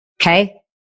Okay